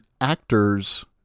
actor's